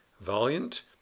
Valiant